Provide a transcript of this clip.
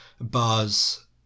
bars